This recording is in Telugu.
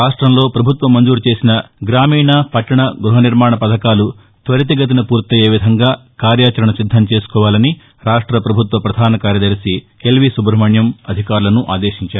రాష్టంలో ప్రభుత్వం మంజూరు చేసిన గ్రామీణ పట్టణ గృహనిర్మాణ పథకాలు త్వరితగతిన పూర్తయ్యేవిధంగా కార్యాచరణ సిద్దం చేసుకోవాలని రాష్ట పభుత్వ పధానకార్యదర్శి ఎల్వీ సుబ్రహ్మణ్యం అధికారులను ఆదేశించారు